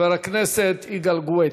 הצעה לסדר-היום מס' 4246, חבר הכנסת יגאל גואטה.